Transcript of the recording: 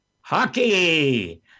Hockey